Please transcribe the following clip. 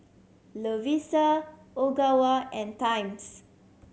Lovisa Ogawa and Times